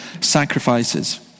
sacrifices